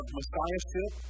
Messiahship